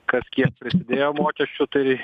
kas kiek prisidėjo mokesčių tai